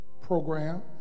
program